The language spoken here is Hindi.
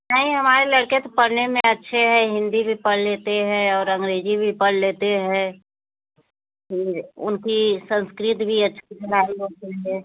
नहीं हमारे लड़के तो पढ़ने में अच्छे है हिन्दी भी पढ़ लेते है और अंग्रेजी भी पढ़ लेते है उनकी संस्कृत भी अच्छी हो गई है